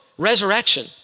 Resurrection